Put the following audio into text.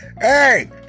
Hey